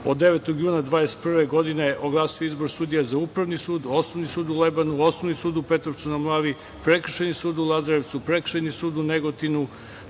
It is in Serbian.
od 9. juna 2021. godine, oglasio izbor sudija za Upravni sud, Osnovni sud u Lebanu, Osnovni sud u Petrovcu na Mlavi, Prekršajni sud u Lazarevcu, Prekršajni sud u Negotinu,